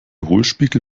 hohlspiegel